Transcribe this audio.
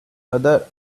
other